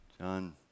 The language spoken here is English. John